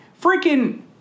freaking